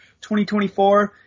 2024